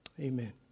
Amen